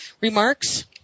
remarks